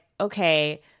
okay